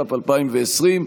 התש"ף 2020,